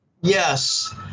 Yes